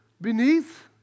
beneath